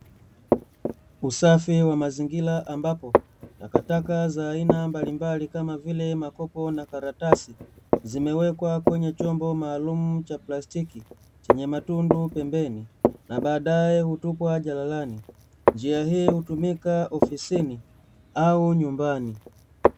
Usafi wa mazingira ambapo, takataka za aina mbalimbali kama vile makopo na karatasi, zimewekwa kwenye chombo maalumu cha plastiki chenye matundu pembeni na baadae hutupwa jalalani. Njia hii hutumika ofisini au nyumbani.